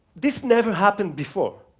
this never happened before,